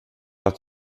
att